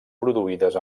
produïdes